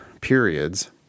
periods